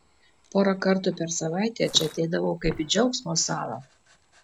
porą kartų per savaitę čia ateidavau kaip į džiaugsmo salą